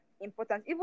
important